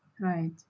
Right